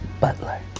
Butler